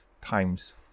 times